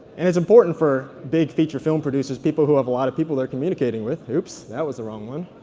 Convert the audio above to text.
and it's important for big feature film producers, people who have a lot of people they're communicating with oops, that was the wrong one